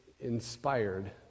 inspired